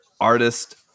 artist